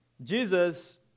Jesus